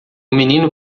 menino